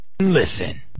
Listen